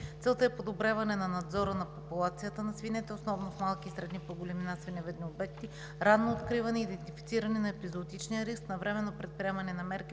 Целта е подобряване на надзора на популацията на свинете, основно в малки и средни по големина свиневъдни обекти, ранно откриване и идентифициране на епизоотичния риск, навременно предприемане на мерки